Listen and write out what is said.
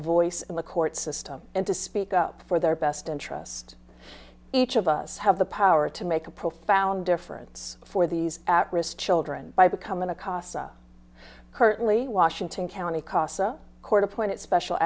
voice in the court system and to speak up for their best interest each of us have the power to make a profound difference for these children by becoming a casa kurtley washington county casa court appointed special